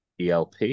ELP